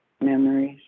memories